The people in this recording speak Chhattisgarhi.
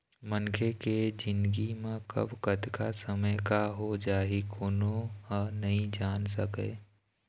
मनखे के जिनगी म कब, कतका समे का हो जाही कोनो ह नइ जान सकय